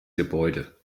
gebäude